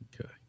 Okay